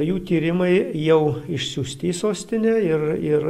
jų tyrimai jau išsiųsti į sostinę ir ir